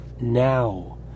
now